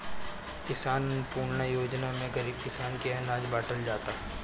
किसान अन्नपूर्णा योजना में गरीब किसान के अनाज बाटल जाता